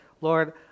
Lord